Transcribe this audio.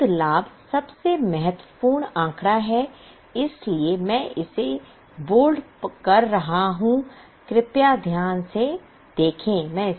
शुद्ध लाभ सबसे महत्वपूर्ण आंकड़ा है इसलिए मैं इसे बोल्ड कर रहा हूं